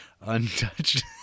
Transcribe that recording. untouched